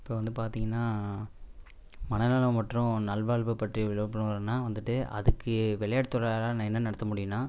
இப்போ வந்து பார்த்தீங்கனா மனநலம் மற்றும் நல்வாழ்வு பற்றிய விழிப்புணர்வுனா வந்துட்டு அதுக்கு விளையாட்டுத்துறனால என்ன நடத்த முடியும்னா